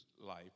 life